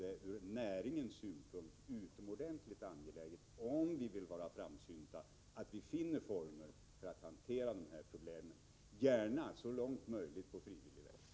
Det är ur näringens synpunkt utomordentligt angeläget, om vi vill vara framsynta, att vi finner former för att hantera dessa problem — gärna så långt möjligt på frivillig väg.